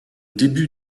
début